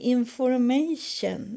information